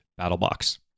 BattleBox